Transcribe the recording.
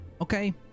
Okay